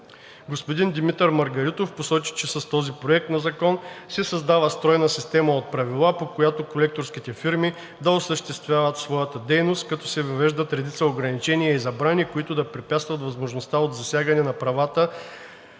Господин Димитър Маргаритов посочи, че с този проект на закон се създава стройна система от правила, по която колекторските фирми да осъществяват своята дейност, като се въвеждат редица ограничения и забрани, които да препятстват възможността от засягане на правната